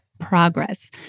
progress